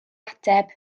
ateb